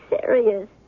serious